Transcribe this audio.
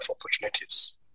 opportunities